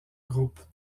groupes